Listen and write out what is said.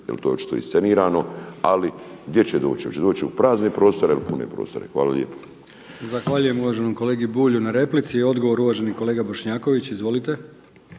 jer to je očito iscenirano. Ali gdje će doći? Hoće doći u prazne prostore ili pune prostore? Hvala lijepo. **Brkić, Milijan (HDZ)** Zahvaljujem uvaženom kolegi Bulju na replici. Odgovor uvaženi kolega Bošnjaković. Izvolite.